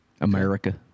America